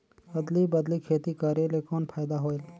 अदली बदली खेती करेले कौन फायदा होयल?